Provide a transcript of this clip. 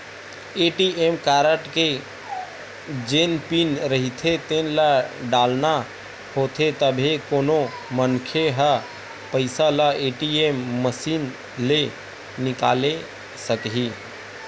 ATM card के जेन pin रहिथे तेन ल डालना होथे तभे कोनो मनखे ह पइसा ल ए.टी.एम मसीन ले निकाले सकही